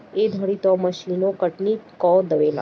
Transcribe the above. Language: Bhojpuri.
ए घरी तअ मशीनो कटनी कअ देवेला